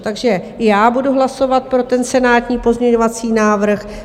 Takže i já budu hlasovat pro senátní pozměňovací návrh.